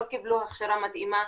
לא קיבלו הכשרה מתאימה.